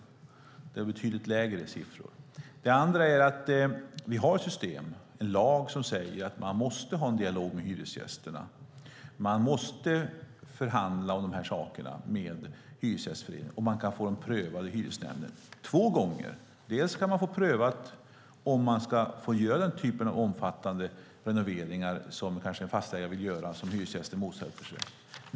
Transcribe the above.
Då är det betydligt lägre siffror. Vi har en lag som säger att det måste vara en dialog med hyresgästerna. Man måste förhandla med Hyresgästföreningen, och man kan få frågorna prövade i hyresnämnden - två gånger. Dels kan man få prövat om det går att göra den typen av omfattande renoveringar som en fastighetsägare vill göra som hyresgästen motsätter sig.